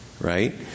Right